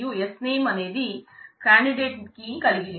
మరియు Sname అనేది candidate key ని కలిగి లేదు